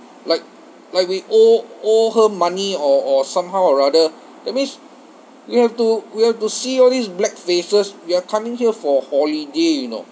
like like we owe owe her money or or somehow or rather that means we have to we have to see all these black faces we are coming here for a holiday you know